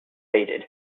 faded